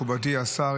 מכובדי השר,